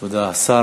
תודה, השר.